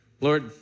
Lord